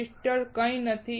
crystal કંઈ નથી